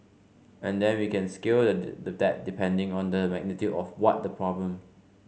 and then we can scale that depending on the magnitude of what the problem